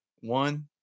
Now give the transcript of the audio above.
one